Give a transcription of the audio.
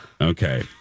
Okay